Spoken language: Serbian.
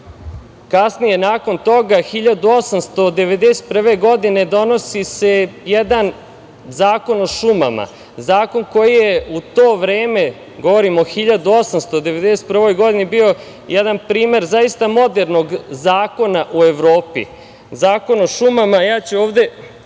kaznu. Kasnije nakon toga 1891. godine, donosi se jedan Zakon o šumama, zakon koji je u to vreme, govorim o 1891. godini, bio je jedan primer zaista modernog zakona u Evropi. Zakon o šumama, a ja ću ovde